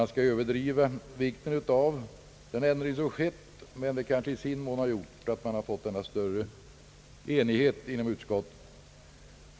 Man skall inte överdriva vikten av denna ändring, men den kan ha orsakat den större enigheten inom utskottet.